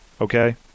okay